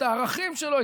את הערכים שלו,